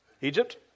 Egypt